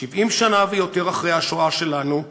70 שנה ויותר אחרי השואה שלנו,